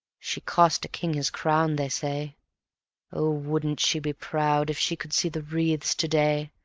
she cost a king his crown, they say oh, wouldn't she be proud if she could see the wreaths to-day,